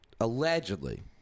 allegedly